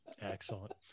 excellent